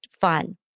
fun